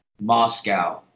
Moscow